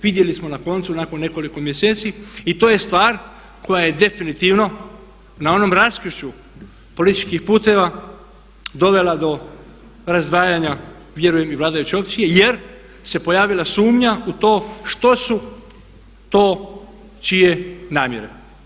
Vidjeli smo na koncu nakon nekoliko mjeseci i to je stvar koja je definitivno na onom raskršću političkih puteva dovela do razdvajanja vjerujem i vladajuće opcije jer se pojavila sumnja u to što su to čije namjere.